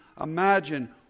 imagine